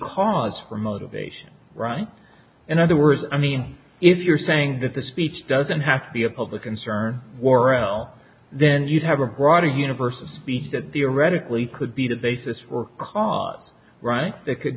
cause for motivation right in other words i mean if you're saying that the speech doesn't have to be a public concern warrell then you'd have a broader universe of speech that theoretically could be the basis for cause right that could